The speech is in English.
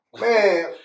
man